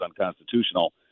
unconstitutional